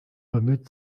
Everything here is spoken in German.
bemüht